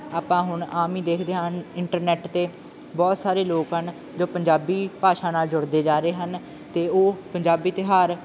ਆਪਾਂ ਹੁਣ ਆਮ ਹੀ ਦੇਖਦੇ ਹਨ ਇੰਟਰਨੈੱਟ 'ਤੇ ਬਹੁਤ ਸਾਰੇ ਲੋਕ ਹਨ ਜੋ ਪੰਜਾਬੀ ਭਾਸ਼ਾ ਨਾਲ ਜੁੜਦੇ ਜਾ ਰਹੇ ਹਨ ਅਤੇ ਉਹ ਪੰਜਾਬੀ ਤਿਉਹਾਰ